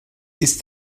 ist